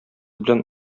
белән